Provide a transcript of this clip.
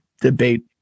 debate